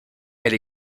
elle